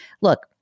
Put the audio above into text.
look